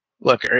look